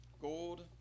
gold